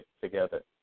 together